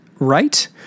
Right